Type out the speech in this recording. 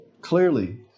clearly